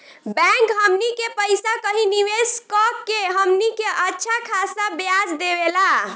bank हमनी के पइसा कही निवेस कऽ के हमनी के अच्छा खासा ब्याज देवेला